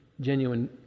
genuine